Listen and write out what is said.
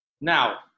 Now